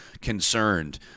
concerned